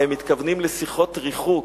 הם מתכוונים לשיחות ריחוק.